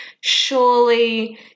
surely